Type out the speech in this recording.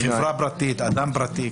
חברה פרטית, אדם פרטי.